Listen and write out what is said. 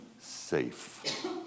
safe